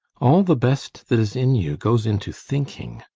all the best that is in you goes into thinking.